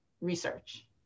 research